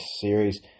series